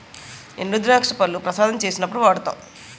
ఎండుద్రాక్ష పళ్లు ప్రసాదం చేసినప్పుడు వాడుతాము